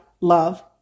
love